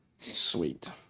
Sweet